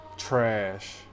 trash